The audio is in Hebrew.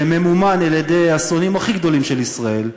שממומן על-ידי השונאים הכי גדולים של ישראל,